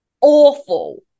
awful